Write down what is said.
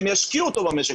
שהם ישקיעו אותו במשק,